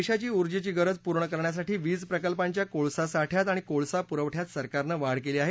देशाची ऊर्जेची गरज पूर्ण करण्यासाठी वीज प्रकल्पांच्या कोळसा साठ्यात आणि कोळसा पुखठ्यात सरकारनं वाढ केली आहे